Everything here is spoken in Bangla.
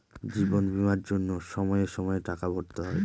জীবন বীমার জন্য সময়ে সময়ে টাকা ভরতে হয়